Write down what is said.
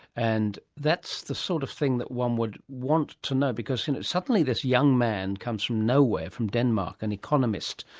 and that's the sort of thing that one would want to know, because you know suddenly this young man comes from nowhere, from denmark, an economist,